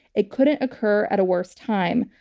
it couldn't occur at a worse time.